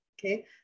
Okay